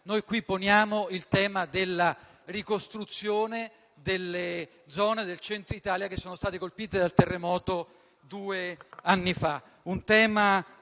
Noi poniamo il tema della ricostruzione delle zone del Centro Italia che sono state colpite dal terremoto due anni fa.